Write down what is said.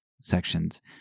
sections